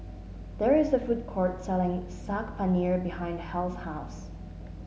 there is a food court selling Saag Paneer behind Hal's house